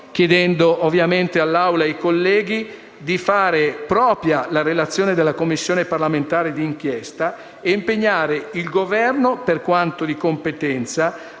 chiedendo ai colleghi dell'Assemblea di fare propria la relazione della Commissione parlamentare d'inchiesta e impegnare il Governo, per quanto di competenza,